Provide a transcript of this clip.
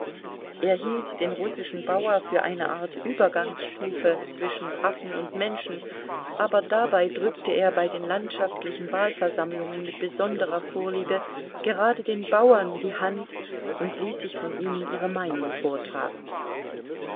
er hielt den russischen bauer für eine art übergangsstufe zwischen affen und menschen aber dabei drückte er bei den landschaftlichen wahlversammlungen mit besonderer vorliebe gerade den bauern die hand und ließ sich von ihnen ihre meinungen vortragen